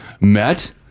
met